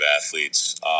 athletes